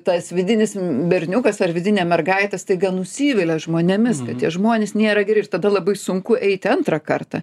tas vidinis berniukas ar vidinė mergaitė staiga nusivilia žmonėmis kad tie žmonės nėra geri ir tada labai sunku eiti antrą kartą